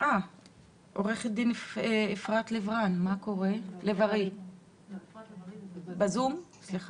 עורכת דין אפרת לב ארי נמצאת אתנו בזום, בבקשה.